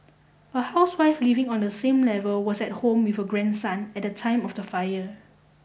a housewife living on the same level was at home with her grandson at the time of the fire